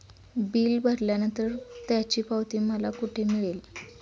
Bill भरल्यानंतर त्याची पावती मला कुठे मिळेल?